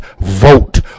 Vote